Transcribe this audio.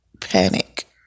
panic